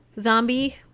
zombie